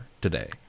today